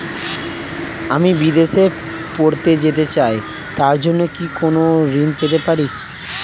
আমি বিদেশে পড়তে যেতে চাই তার জন্য কি কোন ঋণ পেতে পারি?